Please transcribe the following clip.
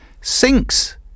sinks